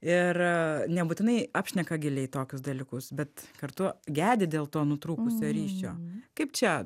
ir nebūtinai apšneka giliai tokius dalykus bet kartu gedi dėl to nutrūkusio ryšio kaip čia